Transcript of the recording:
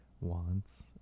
wants